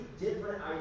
different